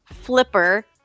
Flipper